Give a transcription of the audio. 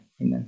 amen